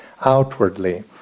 outwardly